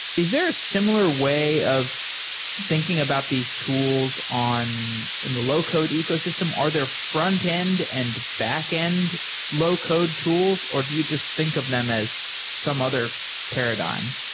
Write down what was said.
is there a similar way of thinking about these tools in and the low-code ecosystem? are there frontend and backend low-code tools or do you just think of them as some other paradigm?